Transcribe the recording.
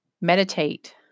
meditate